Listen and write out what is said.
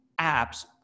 apps